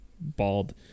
bald